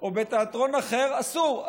או בתיאטרון אחר, אסור.